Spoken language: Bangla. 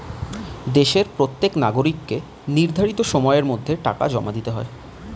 দেশের প্রত্যেক নাগরিককে নির্ধারিত সময়ের মধ্যে টাকা জমা দিতে হয়